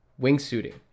wingsuiting